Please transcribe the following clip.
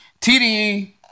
TDE